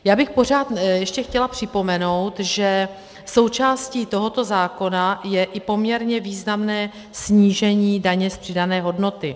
Já bych ještě chtěla připomenout, že součástí tohoto zákona je i poměrně významné snížení daně z přidané hodnoty.